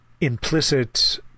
implicit